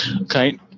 Okay